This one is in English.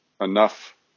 enough